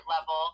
level